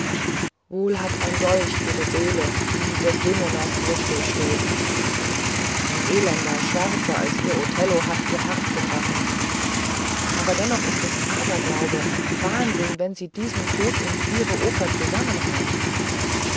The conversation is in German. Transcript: wohl hat ein dolch ihre seele wie desdemonas brust durchstoßen ein elender schwärzer als ihr othello hat ihr herz gebrochen aber dennoch ist es aberglauben wahnsinn wenn sie diesen tod und ihre oper zusammenreimen